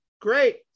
Great